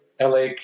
LA